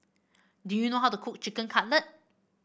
do you know how to cook Chicken Cutlet